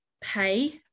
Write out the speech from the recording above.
pay